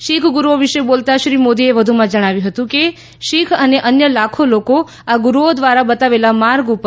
શીખ ગુરુઓ વિશે બોલતાં શ્રી મોદીએ ભારપૂર્વક જણાવ્યું હતું કે શીખ અને અન્ય લાખો લોકો આ ગુરુઓ દ્વારા બતાવેલા માર્ગ પર યાલે છે